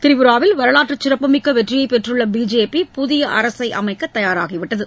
திரிபுராவில் வரலாற்றுச் சிறப்புமிக்க வெற்றியை பெற்றுள்ள பிஜேபி புதிய அரசை அமைக்க தயாராகி விட்டகு